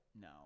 No